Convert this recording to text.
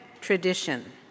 tradition